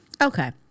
Okay